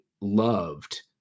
loved